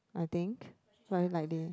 I think why like that